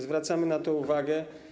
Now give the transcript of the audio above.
Zwracamy na to uwagę.